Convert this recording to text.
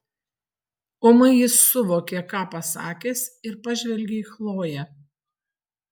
ūmai jis suvokė ką pasakęs ir pažvelgė į chloję